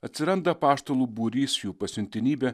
atsiranda apaštalų būrys jų pasiuntinybė